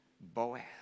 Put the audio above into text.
boaz